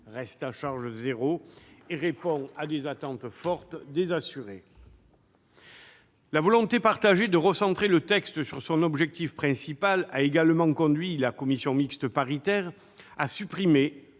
reste à charge zéro et fait l'objet d'attentes fortes de la part des assurés. La volonté partagée de recentrer le texte sur son objectif principal a également conduit la commission mixte paritaire à supprimer